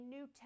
New